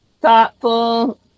thoughtful